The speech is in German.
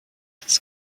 das